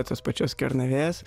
tos pačios kernavės